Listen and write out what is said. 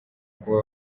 kuba